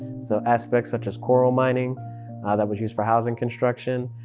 so aspects such as coral mining that was used for housing construction,